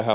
hen